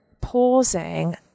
pausing